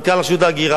מנכ"ל רשות ההגירה: